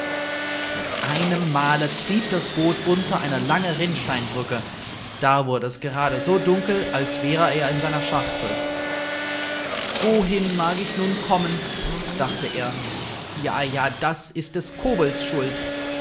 mit einem male trieb das boot unter eine lange rinnsteinbrücke da wurde es gerade so dunkel als wäre er in seiner schachtel wohin mag ich nun kommen dachte er ja ja das ist des kobolds schuld